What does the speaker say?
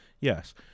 yes